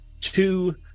two